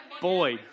Boy